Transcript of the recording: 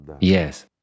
yes